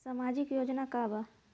सामाजिक योजना का बा?